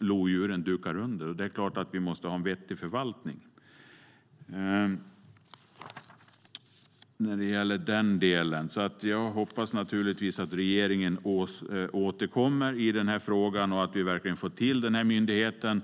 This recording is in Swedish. lodjuren dukar under. Det är klart att vi måste ha en vettig förvaltning. Jag hoppas naturligtvis att regeringen återkommer i den här frågan och att vi får till den här myndigheten.